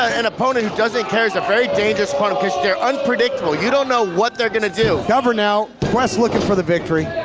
a and opponent that doesn't care is a very dangerous opponent. cus they're unpredictable. you don't know what they're gonna do. cover now quest looking for the victory.